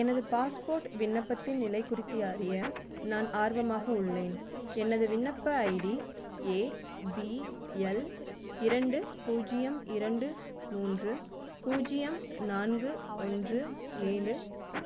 எனது பாஸ்போர்ட் விண்ணப்பத்தின் நிலை குறித்து அறிய நான் ஆர்வமாக உள்ளேன் எனது விண்ணப்ப ஐடி ஏ பி எல் இரண்டு பூஜ்ஜியம் இரண்டு மூன்று பூஜ்ஜியம் நான்கு ஒன்று ஏழு